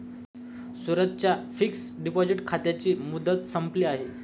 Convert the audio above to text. सूरजच्या fixed deposit खात्याची मुदत संपली आहे